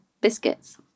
biscuits